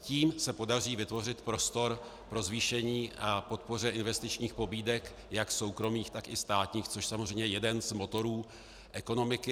Tím se podaří vytvořit prostor k podpoře investičních pobídek, jak soukromých, tak i státních, což je samozřejmě jeden z motorů ekonomiky.